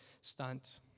stunt